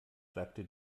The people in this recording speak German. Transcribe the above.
sagte